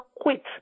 quit